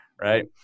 right